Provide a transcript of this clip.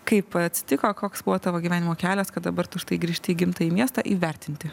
kaip atsitiko koks buvo tavo gyvenimo kelias kad dabar tu štai grįžti į gimtąjį miestą įvertinti